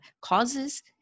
causes